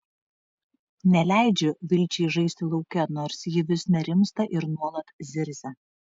neleidžiu vilčiai žaisti lauke nors ji vis nerimsta ir nuolat zirzia